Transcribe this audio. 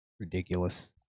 ridiculous